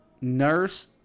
nurse